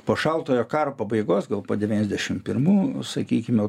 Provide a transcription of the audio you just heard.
po šaltojo karo pabaigos gal po devyniasdešim pirmų sakykime